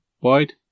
wide